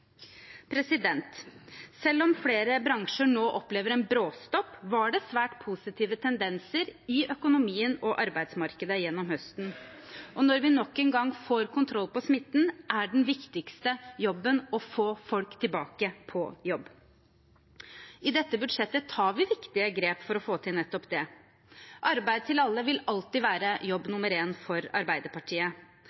Selv om flere bransjer nå opplever en bråstopp, var det svært positive tendenser i økonomien og arbeidsmarkedet gjennom høsten. Og når vi nok en gang får kontroll på smitten, er den viktigste jobben å få folk tilbake på jobb. I dette budsjettet tar vi viktige grep for å få til nettopp det. Arbeid til alle vil alltid være jobb